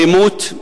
אלימות,